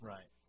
Right